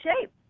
shape